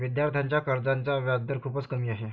विद्यार्थ्यांच्या कर्जाचा व्याजदर खूपच कमी आहे